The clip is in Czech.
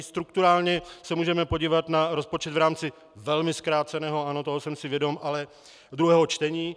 Strukturálně se můžeme podívat na rozpočet v rámci velmi zkráceného ano, toho jsem si vědom druhého čtení.